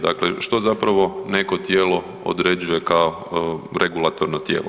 Dakle, što zapravo neko tijelo određuje kao regulatorno tijelo.